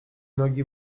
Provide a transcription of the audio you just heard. nogi